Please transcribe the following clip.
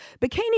bikini